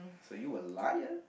so you were liar